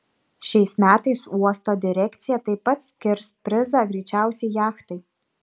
šiais metais uosto direkcija taip pat skirs prizą greičiausiai jachtai